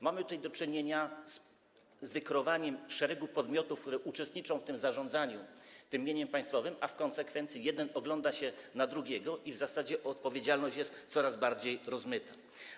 Mamy tutaj do czynienia z wykreowaniem szeregu podmiotów, które uczestniczą w zarządzaniu tym mieniem państwowym, a w konsekwencji jeden ogląda się na drugiego i w zasadzie odpowiedzialność jest coraz bardziej rozmyta.